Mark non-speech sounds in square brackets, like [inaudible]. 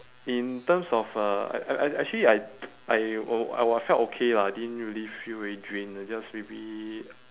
in terms of uh I I I actually I [noise] I o~ I would have felt okay lah I didn't really feel very drained ah just maybe